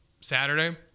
Saturday